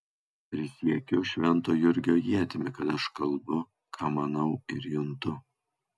prisiekiu švento jurgio ietimi kad aš kalbu ką manau ir juntu